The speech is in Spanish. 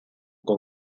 con